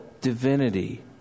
divinity